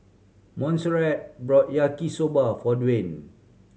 Monserrat bought Yaki Soba for Dawne